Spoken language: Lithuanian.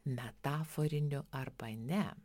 metaforiniu arba ne